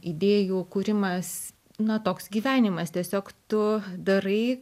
idėjų kūrimas na toks gyvenimas tiesiog tu darai